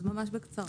ממש בקצרה.